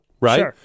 right